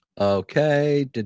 Okay